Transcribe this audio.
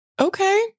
Okay